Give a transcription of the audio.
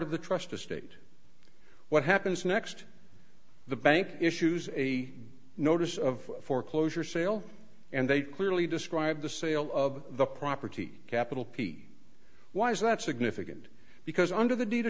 of the trust estate what happens next the bank issues a notice of foreclosure sale and they clearly describe the sale of the property capital p why is that significant because under the d